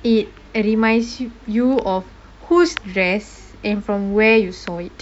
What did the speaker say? it reminds you of whose dress and from where you saw it